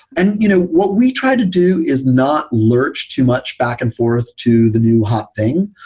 and you know what we tried to do is not lurch too much back and forth to the new hot thing,